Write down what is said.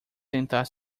tentar